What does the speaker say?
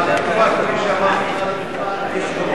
האכיפה, כמו שאמרתי מעל הדוכן,